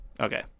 Okay